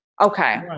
Okay